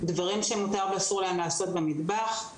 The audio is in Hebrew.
דברים שמותר ואסור להם לעשות במטבח.